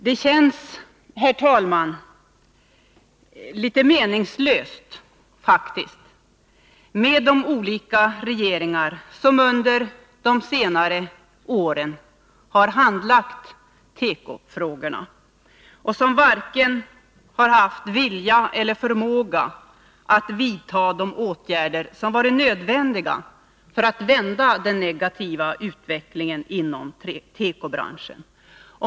Det känns faktiskt, herr talman, litet meningslöst med de olika regeringar som under de senare åren handlagt tekofrågorna och som haft varken vilja eller förmåga att vidta de åtgärder som hade varit nödvändiga för att vända den negativa utvecklingen inom tekobranschen.